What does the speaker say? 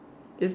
it's like